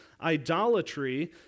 idolatry